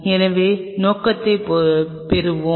எனவே நோக்கத்தைப் பெறுவோம்